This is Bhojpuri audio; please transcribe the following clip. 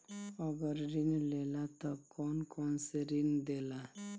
अगर ऋण देला त कौन कौन से ऋण देला?